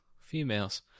females